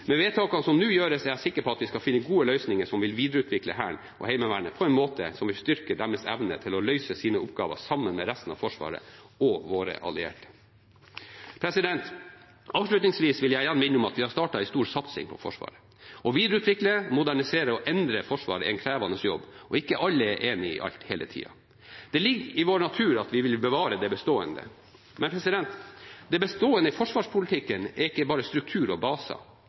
Med vedtakene som nå gjøres, er jeg er sikker på at vi skal finne gode løsninger som vil videreutvikle Hæren og Heimevernet på en måte som vil styrke deres evne til å løse sine oppgaver sammen med resten av Forsvaret og våre allierte. Avslutningsvis vil jeg igjen minne om at vi har startet en stor satsing på Forsvaret. Å videreutvikle, modernisere og endre Forsvaret er en krevende jobb, og ikke alle er enig i alt hele tida. Det ligger i vår natur at vi vil bevare det bestående. Men det bestående i forsvarspolitikken er ikke bare struktur og baser.